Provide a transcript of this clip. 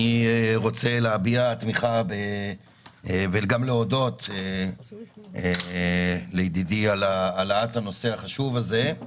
אני רוצה להביע תמיכה וגם להודות לידידי על העלאת הנושא החשוב הזה.